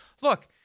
Look—